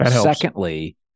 secondly